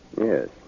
Yes